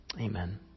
Amen